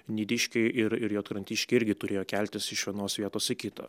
nidiškiai ir ir juodkrantiškiai irgi turėjo keltis iš vienos vietos į kitą